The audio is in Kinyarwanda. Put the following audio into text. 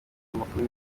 amakuru